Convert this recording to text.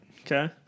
Okay